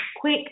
quick